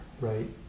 right